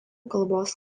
kalbos